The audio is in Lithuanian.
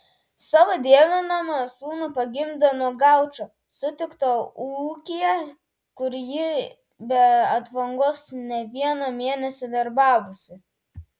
savo dievinamą sūnų pagimdė nuo gaučo sutikto ūkyje kur ji be atvangos ne vieną mėnesį darbavosi